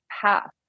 path